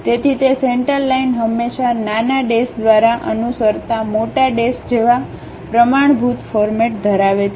તેથી તે centre line હંમેશા નાના ડેશ દ્વારા અનુસરતા મોટા ડેશ જેવા પ્રમાણભૂત ફોર્મેટ ધરાવે છે